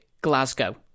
Glasgow